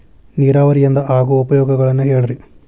ನೇರಾವರಿಯಿಂದ ಆಗೋ ಉಪಯೋಗಗಳನ್ನು ಹೇಳ್ರಿ